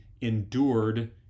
endured